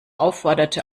aufforderte